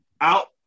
out